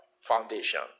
foundation